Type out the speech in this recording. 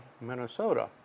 Minnesota